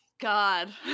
god